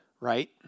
Right